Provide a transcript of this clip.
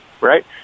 right